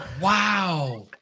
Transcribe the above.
Wow